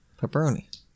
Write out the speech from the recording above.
Pepperoni